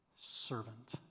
servant